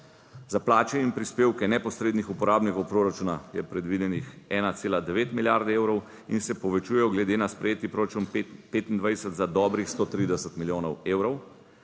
za plače in prispevke neposrednih uporabnikov proračuna je predvidenih 1,9 milijarde evrov in se povečujejo glede na sprejeti proračun 2025 za dobrih 130 milijonov evrov.